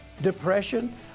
depression